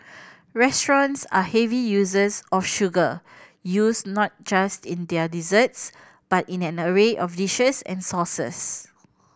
restaurants are heavy users of sugar used not just in their desserts but in an array of dishes and sauces